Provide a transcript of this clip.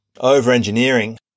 over-engineering